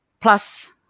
Plus